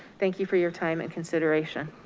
thank you for your time and consideration.